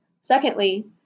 secondly